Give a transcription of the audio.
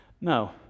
No